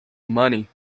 money